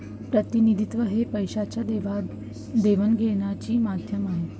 प्रतिनिधित्व हे पैशाच्या देवाणघेवाणीचे माध्यम आहे